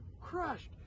crushed